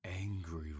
angry